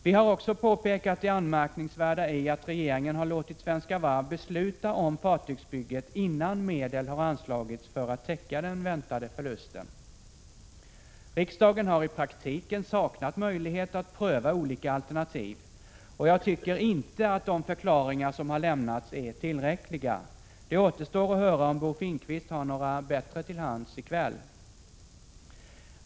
Vi har också påpekat det anmärkningsvärda i att regeringen har låtit Svenska Varv besluta om fartygsbygget innan medel har anslagits för att täcka den väntade förlusten. Riksdagen har i praktiken saknat möjlighet att pröva olika alternativ. Och jag tycker inte att de förklaringar som har lämnats är tillräckliga. Det återstår att höra om Bo Finnkvist har några bättre till hands i kväll.